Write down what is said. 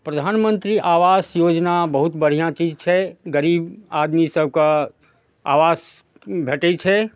प्रधानमन्त्री आवास योजना बहुत बढ़िआँ चीज छै गरीब आदमी सब कऽ आवास भेटैत छै